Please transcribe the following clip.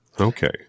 Okay